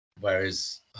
Whereas